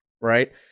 right